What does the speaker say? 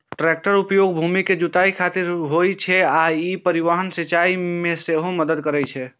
टैक्टरक उपयोग भूमि के जुताइ खातिर होइ छै आ ई परिवहन, सिंचाइ मे सेहो मदति करै छै